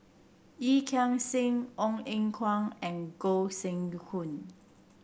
Yee Chia Sing Ong Eng Guan and Gog Sing Hooi